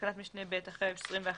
בתקנת משנה (ב), אחרי "21 ימים"